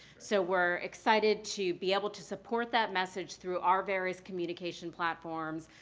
so we're excited to be able to support that message through our various communication platforms.